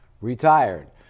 retired